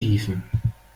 hieven